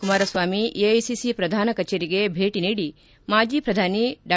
Kumaraswamy AICC ಪ್ರಧಾನ ಕಚೇರಿಗೆ ಭೇಟ ನೀಡಿ ಮಾಜಿ ಪ್ರಧಾನಿ ಡಾ